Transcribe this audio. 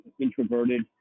introverted